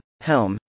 Helm